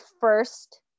first